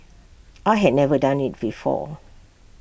I had never done IT before